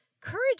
courage